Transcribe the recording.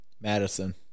Madison